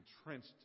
entrenched